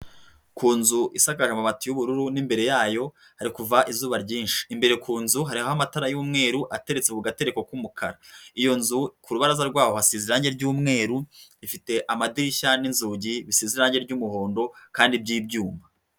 Ku nzu isakaje amabati y'ubururu n'imbere yayo hari kuva izuba ryinshi imbere ku nzu hariho amatara y'umweru ateretse kugatereko k'umukara iyo ku rubaraza rwaho wasi iranye ry'umweru ifite amadirishya n'inzugi bisize irangi ry'umuhondo kandi by'ibyuma